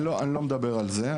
לא, אני לא מדבר על זה.